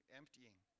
emptying